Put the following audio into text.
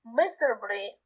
miserably